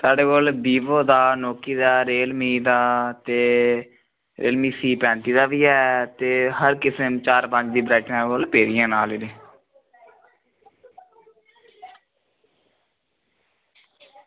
साढ़े कोल वीवो दा नोकिया दा रियलमी दा ते रियलमी सी टवैंटी दा बी ऐ ते हर किस्म ते चार पंज वैराइटियां पेदियां न ऑल रेडी